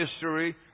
history